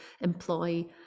employ